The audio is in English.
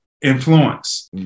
influence